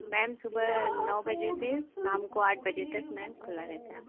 ma'am सुबह नौ बजे से शाम को आठ बजे तक मैम खुला रहता है